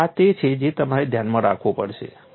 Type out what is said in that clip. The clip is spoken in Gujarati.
તેથી આ તે છે જે તમારે ધ્યાનમાં રાખવું પડશે